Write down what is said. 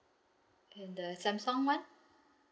and the samsung [one]